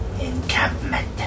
encampment